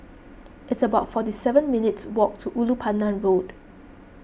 it's about forty seven minutes' walk to Ulu Pandan Road